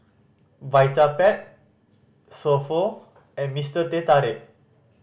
Vitapet So Pho and Mr Teh Tarik